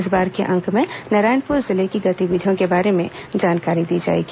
इस बार के अंक में नारायणपुर जिले की गतिविधियों के बारे में जानकारी दी जाएगी